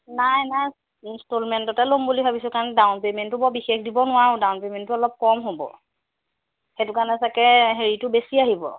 নাই নাই ইনষ্টলমেণ্টতে ল'ম বুলি ভাবিছোঁ কাৰণ ডাউন পে'মেণ্টটো বৰ বিশেষ দিব নোৱাৰোঁ ডাউন পে'মেণ্টটো অলপ কম হ'ব সেইটো কাৰণে চাগে হেৰিটো বেছি আহিব